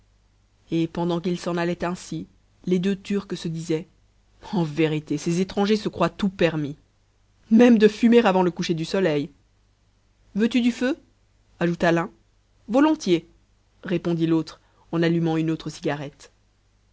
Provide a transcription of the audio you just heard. et pendant qu'ils s'en allaient ainsi les deux turcs se disaient en vérité ces étrangers se croient tout permis même de fumer avant le coucher du soleil veux-tu du feu ajouta l'un volontiers répondit l'autre en allumant une autre cigarette